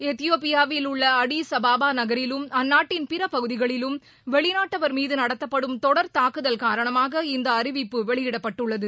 எத்தியோபியாவில் உள்ள Addis Ababa நகரிலும் அந்நாட்டின் பிற பகுதிகளிலும் வெளிநாட்டவர் மீது நடத்தப்படும் தொடர் தாக்குதல் காரணமாக இந்த அறிவிப்பு வெளியிடப்பட்டுள்ளது